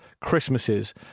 Christmases